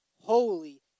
holy